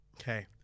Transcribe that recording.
Okay